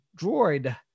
droid